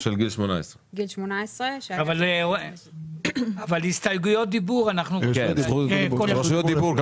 של גיל 18. גיל 18. אבל הסתייגויות דיבור --- רשויות דיבור,